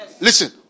Listen